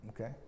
okay